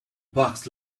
bucks